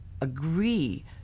agree